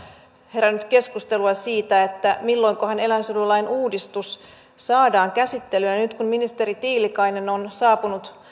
herännyt keskustelua siitä että milloinkahan eläinsuojelulain uudistus saadaan käsittelyyn ja ja nyt kun ministeri tiilikainen on saapunut